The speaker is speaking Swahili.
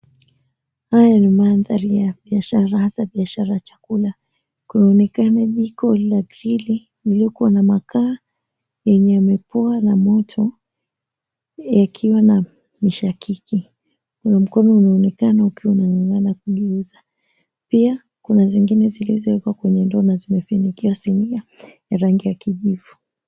Haya ni mandhari ya biashara hasa biashara ya chakula kunaonekana jiko la pili lililokuwa na makaa lenye mipua la moto yakiwa na mishakiki. Na mkono unaonekana ikiwa inataka kugeuzwa. Pia Kuna zingine zilizowekwa ndoo na zimefunikiwa sinia ya rangi ya kijivu.